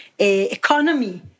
economy